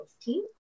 team